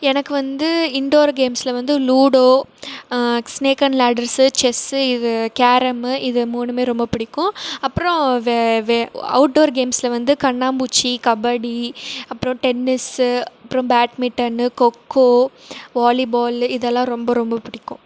எனக்கு வந்து இண்டோரு கேம்ஸில் வந்து ludo snake and ladders chess இது கேரம்மு இது மூணுமே ரொம்ப பிடிக்கும் அப்புறோம் வே வே அவுட்டோர் கேம்ஸில் வந்து கண்ணாம்பூச்சி கபடி அப்புறோம் டென்னிஸ்ஸு அப்புறம் பேட்மிட்டன்னு கொக்கோ வாலிபால் இதெல்லாம் ரொம்ப ரொம்ப பிடிக்கும்